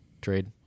trade